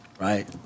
right